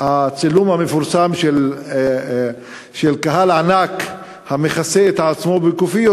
הצילום המפורסם של קהל ענק המכסה את עצמו בכאפיות,